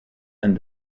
and